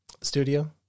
studio